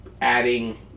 adding